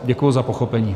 Děkuji za pochopení.